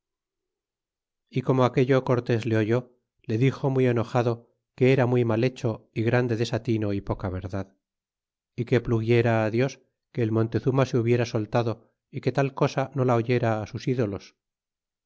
y como aquello cortés le oyó le dixo muy enojado que era muy mal hecho y grande desatino y poca verdad é que pluguiera dios que el montezuma se hubiera soltado é que tal cosa no la oyera sus ídolos